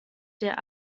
der